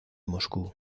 moscú